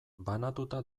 banatuta